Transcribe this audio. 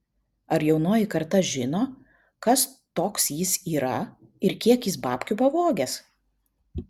ar jaunoji karta žino kas toks jis yra ir kiek jis babkių pavogęs